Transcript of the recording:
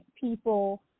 people